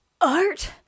art